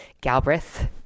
Galbraith